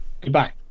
Goodbye